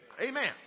Amen